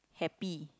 happy